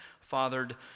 fathered